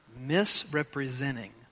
misrepresenting